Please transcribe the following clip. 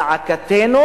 זעקתנו